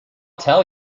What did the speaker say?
tell